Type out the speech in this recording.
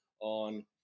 on